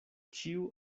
ĉiu